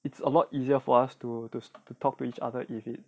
it's a lot easier for us to to to talk to each other if it